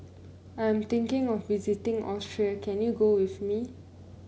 I am thinking of visiting Austria can you go with me